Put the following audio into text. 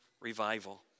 Revival